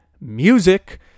music